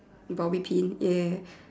Bobby pin ya